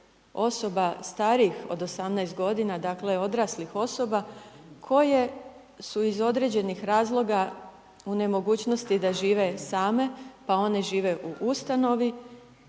osoba starijih od 18 godina, dakle, odraslih osoba koje su iz određenih razloga u nemogućnosti da žive same, pa one žive u Ustanovi,